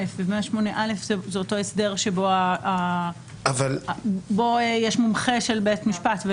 שהוא אותו הסדר שבו יש מומחה של בית משפט.